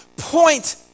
point